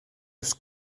ist